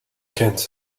kent